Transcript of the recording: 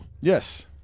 Yes